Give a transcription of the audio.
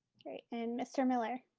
okay, and mr. miller?